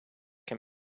can